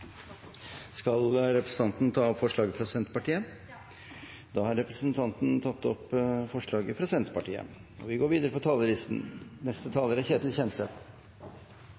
Skal representanten ta opp forslag fra Senterpartiet? Ja. Da har representanten Kjersti Toppe tatt opp forslagene fra Senterpartiet. Først og